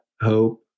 hope